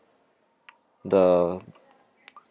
the